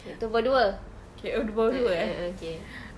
itu nombor dua oh oh oh okay